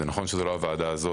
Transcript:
נכון שזו לא הוועדה הזו